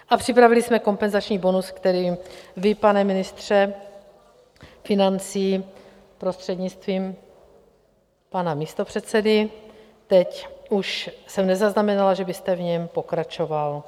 A připravili jsme kompenzační bonus, který vy, pane ministře financí, prostřednictvím pana místopředsedy, teď už jsem nezaznamenala, že byste v něm pokračoval.